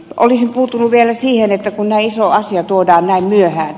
olisin puuttunut vielä siihen kun näin iso asia tuodaan näin myöhään